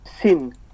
sin